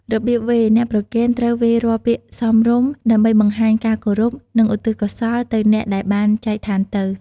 របៀបវេរ អ្នកប្រគេនត្រូវវេររាល់ពាក្យសមរម្យ ដើម្បីបង្ហាញការគោរព និងឧទ្ទិសកោសលទៅអ្នកដែលបានចែកឋានទៅ។